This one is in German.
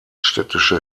städtische